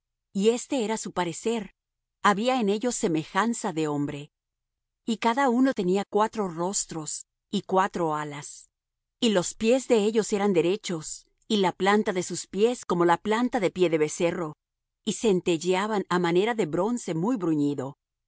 y este era su parecer había en ellos semejanza de hombre y cada uno tenía cuatro rostros y cuatro alas y los pies de ellos eran derechos y la planta de sus pies como la planta de pie de becerro y centelleaban á manera de bronce muy bruñido y